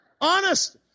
Honest